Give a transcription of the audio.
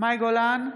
מאי גולן,